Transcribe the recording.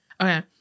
Okay